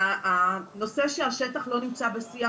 הנושא שהשטח לא נמצא בשיח,